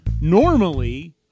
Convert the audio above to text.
normally